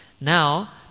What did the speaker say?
Now